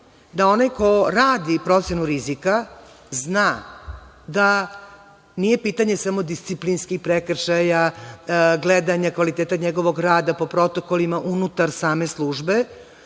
da onaj ko radi procenu rizika zna da nije pitanje samo disciplinskih prekršaja, gledanja kvaliteta njegovog rada po protokolima unutar same službe,